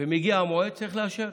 ומגיע המועד, צריך לאשר.